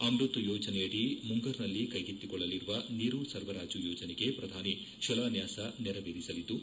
ಅಮ್ಬತ್ ಯೋಜನೆಯಡಿ ಮುಂಗರ್ನಲ್ಲಿ ಕೈಗೆತ್ತಿಕೊಳ್ಳಲಿರುವ ನೀರು ಸರಬರಾಜು ಯೋಜನೆಗೆ ಪ್ರಧಾನಿ ಶಿಲಾನ್ಯಾಸ ನೆರವೇರಿಸಲಿದ್ದು